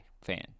fan